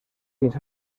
fins